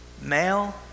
Male